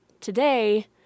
today